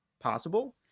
possible